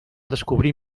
descobrir